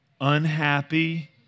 unhappy